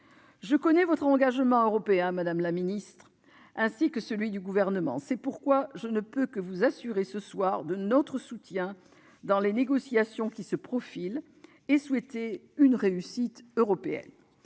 Je connais votre engagement européen, madame la secrétaire d'État, ainsi que celui du Gouvernement. C'est pourquoi je ne peux que vous assurer, ce soir, de notre soutien dans les négociations qui se profilent et souhaiter une réussite européenne.